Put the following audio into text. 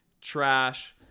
trash